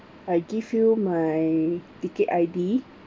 I give you my ticket I_D